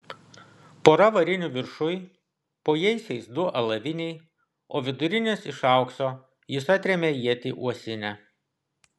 pora varinių viršuj po jaisiais du alaviniai o vidurinis iš aukso jis atrėmė ietį uosinę